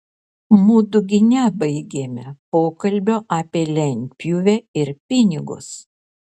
mudu gi nebaigėme pokalbio apie lentpjūvę ir pinigus